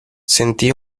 sentí